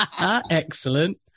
Excellent